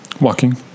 Walking